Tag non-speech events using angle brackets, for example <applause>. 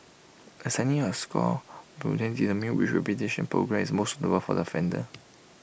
assigning A score will then determine which <unintelligible> programme is most suitable for the offender